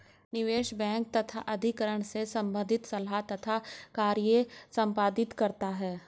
निवेश बैंक तथा अधिग्रहण से संबंधित सलाह तथा कार्य संपादित करता है